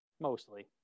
Mostly